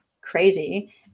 Crazy